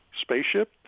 spaceship